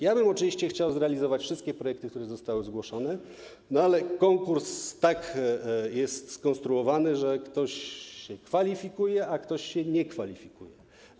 Ja oczywiście chciałbym zrealizować wszystkie projekty, które zostały zgłoszone, ale konkurs tak jest skonstruowany, że ktoś się kwalifikuje, a ktoś się nie kwalifikuje.